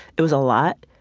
it was a lot,